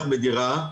הרב בייפוס,